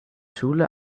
schule